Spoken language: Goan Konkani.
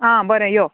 आं बरें यो